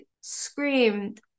screamed